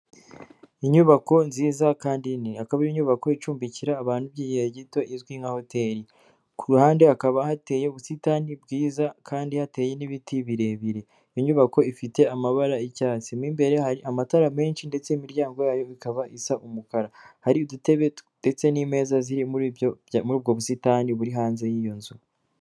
Inyubako nziza kandi nini, ikaba inyubako icumbikira abantu by'igihe gito izwi nka hoteli, ku ruhande hakaba hateye ubusitani bwiza kandi hateye n'ibiti birebire iyo inyubako ifite amabara'icyatsi imbere hari amatara menshi ndetse n'imiryango yayo ikaba isa umukara; hari udutebe ndetse n'imezaeza ziri muri muri ubwo busitani buri hanze y'iyo nzu.